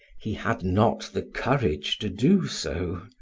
he had not the courage to do so.